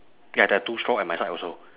ya there are two straw at my side also